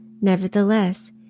nevertheless